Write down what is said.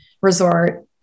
resort